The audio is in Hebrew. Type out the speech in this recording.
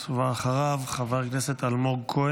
ואחריו, חבר הכנסת אלמוג כהן,